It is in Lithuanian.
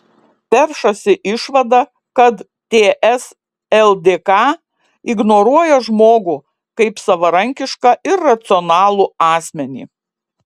peršasi išvada kad ts ldk ignoruoja žmogų kaip savarankišką ir racionalų asmenį